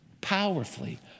powerfully